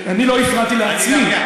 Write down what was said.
אני לא הפרעתי לעצמי.